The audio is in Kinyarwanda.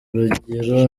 urugero